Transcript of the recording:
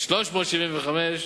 70 מיליון